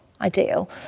ideal